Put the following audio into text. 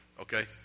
okay